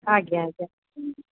ଆଜ୍ଞା ଆଜ୍ଞା